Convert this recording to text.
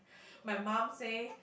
my mom say